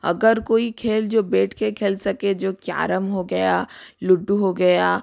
अगर कोई खेल जो बेठ के खेल सके जो कैरम हो गया लुड्डू हो गया